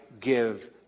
give